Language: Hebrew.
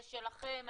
זה שלכם,